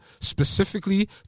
specifically